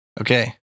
Okay